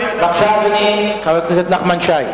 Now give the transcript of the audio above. בבקשה, אדוני חבר הכנסת נחמן שי.